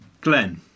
glenn